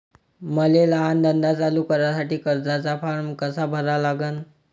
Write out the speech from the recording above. मले लहान धंदा चालू करासाठी कर्जाचा फारम कसा भरा लागन?